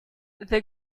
the